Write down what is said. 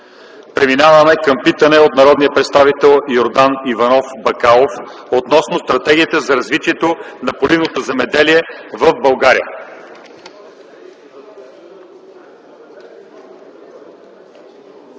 Преминаваме към питане на народния представител Йордан Иванов Бакалов относно Стратегията за развитие на поливното земеделие в България.